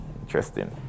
interesting